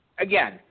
Again